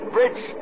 Bridge